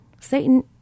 Satan